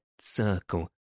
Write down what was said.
circle